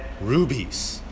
rubies